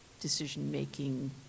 decision-making